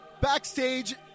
backstage